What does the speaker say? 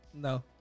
No